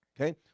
Okay